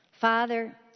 Father